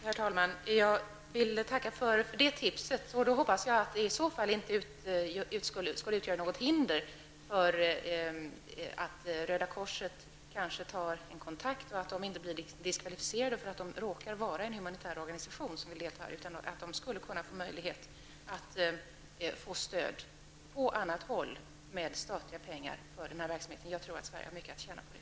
Herr talman! Jag vill tacka för det tipset. Jag hoppas att det inte skall utgöra något hinder för Röda korset att ta kontakt och att Röda korset inte blir diskvalificerat för att det råkar vara en humanitär organisation som vill delta. Jag hoppas alltså att denna organisation kan få möjlighet att få stöd på annat håll med statliga pengar för denna verksamhet. Jag tror att Sverige har mycket att tjäna på det.